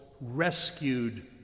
rescued